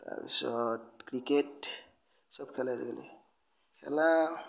তাৰপিছত ক্ৰিকেট চব খেলে আজিকালি খেলা